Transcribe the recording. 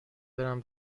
برم